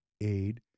aid